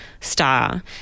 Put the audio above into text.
star